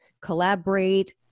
collaborate